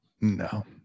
No